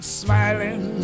smiling